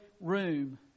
room